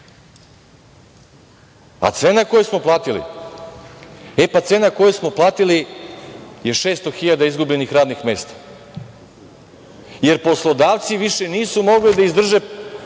Cena koju smo platili, cena koju smo platili je 600 hiljada izgubljenih radnih mesta jer poslodavci više nisu mogli da izdrže